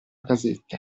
casetta